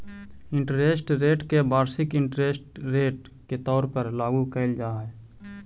interest rate के वार्षिक interest rate के तौर पर लागू कईल जा हई